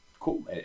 Cool